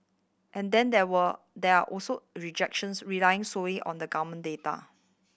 and then there were there are also rejections relying solely on the government data